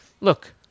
look